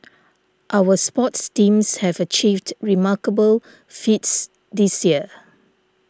our sports teams have achieved remarkable feats this year